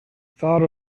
thought